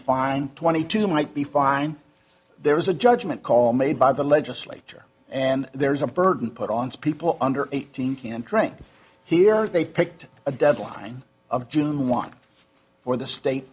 fine twenty two might be fine there is a judgment call made by the legislature and there's a burden put on people under eighteen can't drink here they picked a deadline of june one for the state